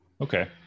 Okay